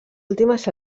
últimes